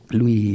lui